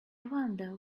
wonder